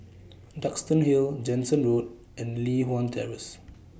Duxton Hill Jansen Road and Li Hwan Terrace